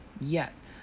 Yes